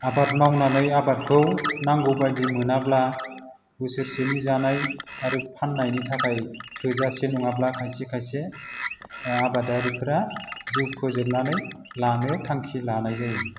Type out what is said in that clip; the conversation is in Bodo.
आबाद मावनानै आबादखौ नांगौ बायदि मोनाब्ला बोसोरसेनि जानाय आरो फाननायनि थाखाय थोजासे नङाब्ला खायसे खायसे आबादारिफ्रा जिउ फोजोबनानै लानो थांखि लानाय जायो